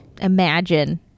Imagine